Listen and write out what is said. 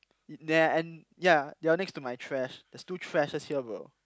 yeah and yeah you're next to my trash there's two trashes here bro